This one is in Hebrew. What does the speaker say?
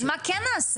אז מה כן נעשה?